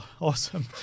Awesome